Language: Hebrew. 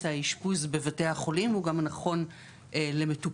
האשפוז בבתי החולים והוא גם הנכון למטופלים